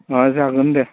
जागोन दे